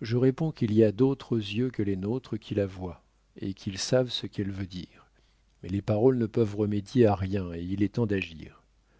je réponds qu'il y a d'autres yeux que les nôtres qui la voient et qu'ils savent ce qu'elle veut dire mais les paroles ne peuvent remédier à rien et il est temps d'agir